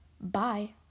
bye